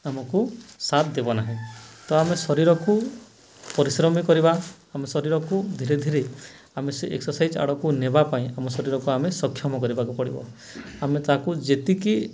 ଆମକୁ ସାଥ୍ ଦେବ ନାହିଁ ତ ଆମେ ଶରୀରକୁ ପରିଶ୍ରମ କରିବା ଆମେ ଶରୀରକୁ ଧୀରେ ଧୀରେ ଆମେ ସେ ଏକ୍ସରସାଇଜ୍ ଆଡ଼କୁ ନେବା ପାଇଁ ଆମ ଶରୀରକୁ ଆମେ ସକ୍ଷମ କରିବାକୁ ପଡ଼ିବ ଆମେ ତାକୁ ଯେତିକି